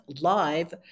live